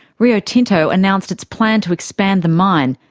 rio tinto announced its plan to expand the mine,